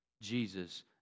Jesus